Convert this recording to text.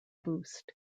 boost